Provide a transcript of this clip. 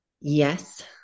Yes